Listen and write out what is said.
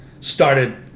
started